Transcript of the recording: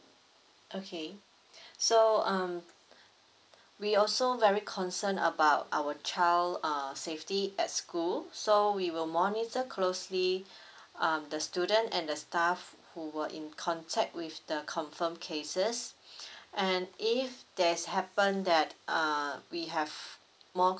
okay so um we also very concern about our child uh safety at school so we will monitor closely um the student and the staff who were in contact with the confirmed cases and if there's happen that uh we have more